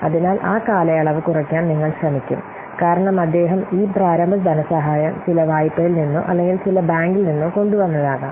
അതിനാൽ ആ കാലയളവ് കുറയ്ക്കാൻ നിങ്ങൾ ശ്രമിക്കും കാരണം അദ്ദേഹം ഈ പ്രാരംഭ ധനസഹായം ചില വായ്പയിൽ നിന്നോ അല്ലെങ്കിൽ ചില ബാങ്കിൽ നിന്നോ കൊണ്ടുവന്നതാകാം